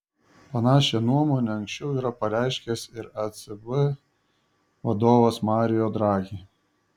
panašią nuomonę anksčiau yra pareiškęs ir ecb vadovas mario draghi